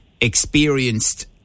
experienced